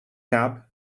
cap